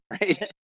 right